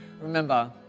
Remember